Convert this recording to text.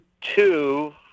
two